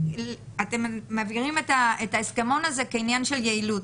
אתם מעבירים את ההסכמון הזה כעניין של יעילות,